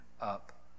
up